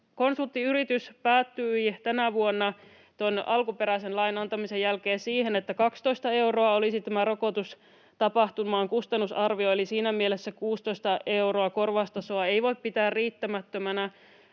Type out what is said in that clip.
Konsulttiyritys päätyi tänä vuonna tuon alkuperäisen lain antamisen jälkeen siihen, että 12 euroa olisi tämä rokotustapahtuman kustannusarvio, eli siinä mielessä 16 euron korvaustasoa ei voi pitää riittämättömänä,